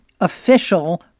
official